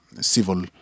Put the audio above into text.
civil